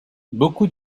beaucoup